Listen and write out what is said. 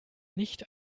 nicht